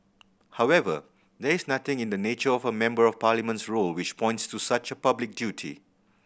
however there is nothing in the nature of a Member of Parliament's role which points to such a public duty